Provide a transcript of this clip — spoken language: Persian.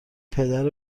پدر